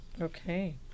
Okay